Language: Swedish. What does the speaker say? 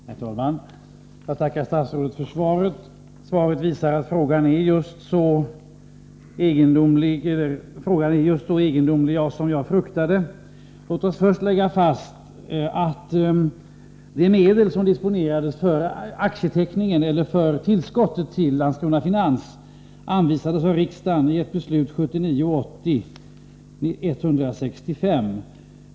Herr talman! Jag tackar statsrådet för svaret. Svaret visar att saken är just så egendomlig som jag fruktade. Låt oss först lägga fast att de medel som disponerades för tillskotten till Landskrona Finans anvisades av riksdagen i ett riksdagsbeslut, 1979/80:165.